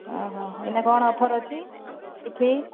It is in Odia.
ଓହୋ ଏହିନେ କ'ଣ ଅଫର ଅଛି କିଛି